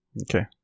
okay